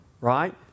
Right